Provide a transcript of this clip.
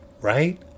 right